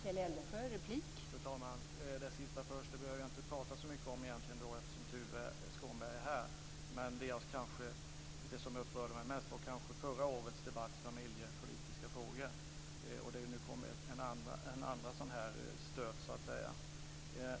Fru talman! Det sista först. Det behöver jag egentligen inte prata så mycket om eftersom Tuve Skånberg är här. Det som upprörde mig mest var kanske förra årets debatt i familjepolitiska frågor. Nu kom en andra sådan här stöt, så att säga.